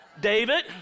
david